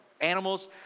animals